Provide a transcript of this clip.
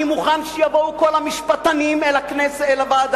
אני מוכן שיבואו כל המשפטנים אל הוועדה